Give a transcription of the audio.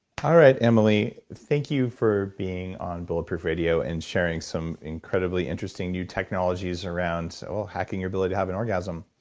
all right, emily. thank you for being on bulletproof radio and sharing some incredibly interesting new technologies around so hacking your ability to have an orgasm.